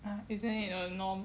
um isn't it a norm